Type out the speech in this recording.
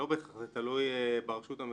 אנחנו רוצים להסדיר אותו.